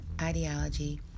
ideology